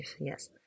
Yes